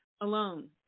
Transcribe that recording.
alone